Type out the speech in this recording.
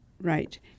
Right